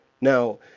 Now